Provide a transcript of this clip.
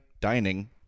Dining